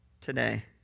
today